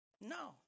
No